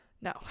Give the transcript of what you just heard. no